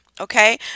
okay